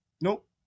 Nope